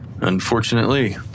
unfortunately